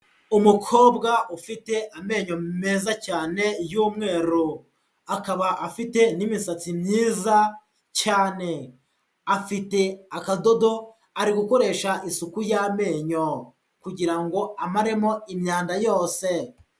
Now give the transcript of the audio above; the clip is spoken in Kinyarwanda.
Umukobwa ufite amenyo meza cyane y'umweru, akaba afite n'imisatsi myiza cyane, afite akadodo ari gukoresha isuku y'amenyo kugira ngo amaremo imyanda yose.